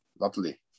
Lovely